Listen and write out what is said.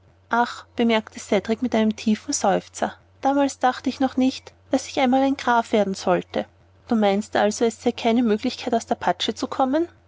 ach bemerkte cedrik mit einem tiefen seufzer damals dachte ich noch nicht daß ich einmal ein graf werden sollte du meinst also es sei keine möglichkeit aus der patsche zu kommen